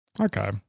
Okay